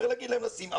צריך להגיד להם לשים,